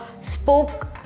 spoke